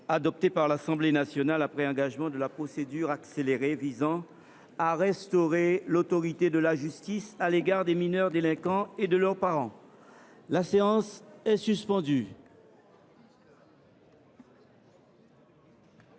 adoptée par l’Assemblée nationale après engagement de la procédure accélérée, visant à restaurer l’autorité de la justice à l’égard des mineurs délinquants et de leurs parents (proposition